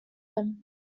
him